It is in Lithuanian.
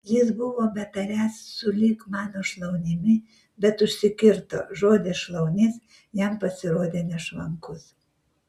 jis buvo betariąs sulig mano šlaunimi bet užsikirto žodis šlaunis jam pasirodė nešvankus